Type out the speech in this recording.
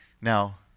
Now